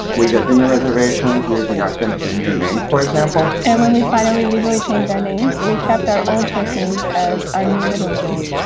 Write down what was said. we got dinner reservations using our tentative new names for example. and when we finally legally changed our names, we kept our old first names as our new middle names.